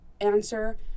answer